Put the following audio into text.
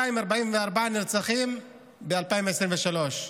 244 נרצחים ב-2023,